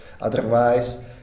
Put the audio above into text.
otherwise